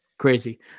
Crazy